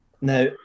Now